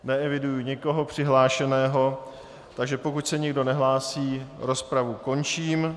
Neeviduji nikoho přihlášeného, takže pokud se nikdo nehlásí, rozpravu končím.